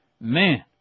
man